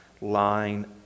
line